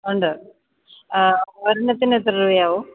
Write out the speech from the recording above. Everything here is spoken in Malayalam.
ഉണ്ട് അ ഒരെണ്ണത്തിന് എത്രരൂപയാവും